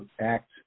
act